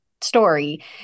story